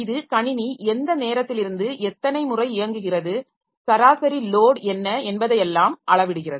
இது கணினி எந்த நேரத்திலிருந்து எத்தனை முறை இயங்குகிறது சராசரி லோட் என்ன என்பதையெல்லாம் அளவிடுகிறது